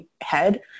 head